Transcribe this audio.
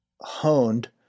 honed